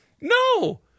No